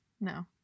No